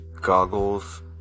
goggles